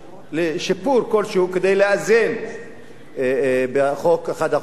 שיפור כלשהו כדי לאזן באחד החוקים,